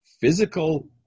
physical